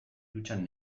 dutxan